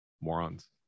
morons